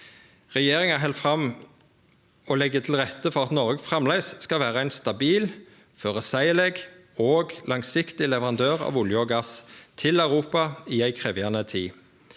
Regjeringa held fram med å leggje til rette for at Noreg framleis skal vere ein stabil, føreseieleg og langsiktig leverandør av olje og gass til Europa i ei krevjande tid.